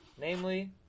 namely